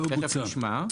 תיכף נשמע.